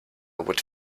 would